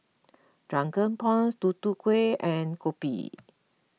Drunken Prawns Tutu Kueh and Kopi